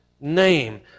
name